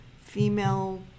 female